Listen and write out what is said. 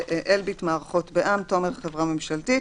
בע"מ, אלביט מערכות בע"מ, תומר חברה ממשלתית,